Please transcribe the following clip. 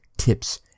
tips